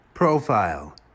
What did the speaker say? Profile